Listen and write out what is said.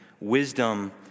Wisdom